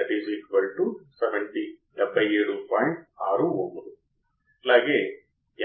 operation amplifier యొక్క లక్షణాల ను మనం